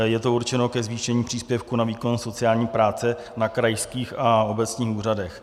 Je to určeno ke zvýšení příspěvku na výkon sociální práce na krajských a obecních úřadech.